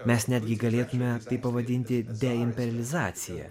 mes netgi galėtume pavadinti deimperializacija